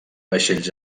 vaixells